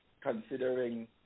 considering